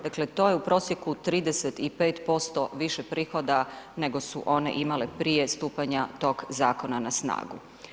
Dakle, to je u prosjeku 35% više prihoda, nego su one imale prije stupanja tog zakona na snagu.